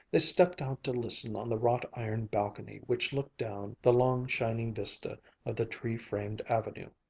they stepped out to listen on the wrought-iron balcony which looked down the long, shining vista of the tree-framed avenue.